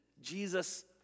Jesus